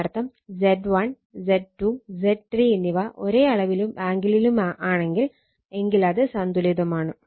അതിനർത്ഥം Z1 Z2 Z3 എന്നിവ ഒരേ അളവിലും ആംഗിളിലും ആണെങ്കിൽ എങ്കിലത് സന്തുലിതമാണ്